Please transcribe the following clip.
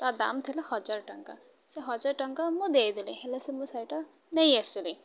ତା' ଦାମ ଥିଲା ହଜାର ଟଙ୍କା ସେ ହଜାର ଟଙ୍କା ମୁଁ ଦେଇ ଦେଲି ହେଲେ ସେ ମୁଁ ଶାଢ଼ୀଟା ନେଇ ଆସିଲି